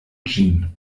ĝin